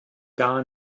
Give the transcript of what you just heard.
gar